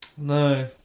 No